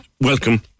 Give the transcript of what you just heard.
welcome